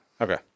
okay